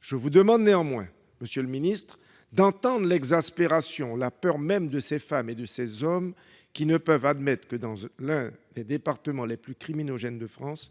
Je vous demande néanmoins, monsieur le secrétaire d'État, d'entendre l'exaspération, la peur même, de ces femmes et de ces hommes qui n'admettent pas que, dans l'un des départements les plus criminogènes de France,